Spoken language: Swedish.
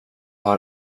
har